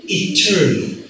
eternal